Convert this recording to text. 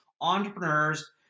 entrepreneurs